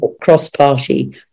cross-party